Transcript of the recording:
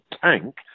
tank